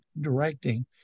directing